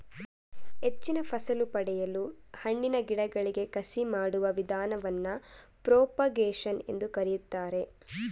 ಹೆಚ್ಚಿನ ಫಸಲು ಪಡೆಯಲು ಹಣ್ಣಿನ ಗಿಡಗಳಿಗೆ ಕಸಿ ಮಾಡುವ ವಿಧಾನವನ್ನು ಪ್ರೋಪಾಗೇಶನ್ ಎಂದು ಕರಿತಾರೆ